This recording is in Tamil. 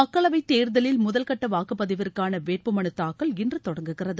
மக்களவைத் தேர்தலில் முதல்கட்ட வாக்குப்பதிவிற்காள வேட்புமனு இன்று தாக்கல் தொடங்குகிறது